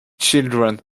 children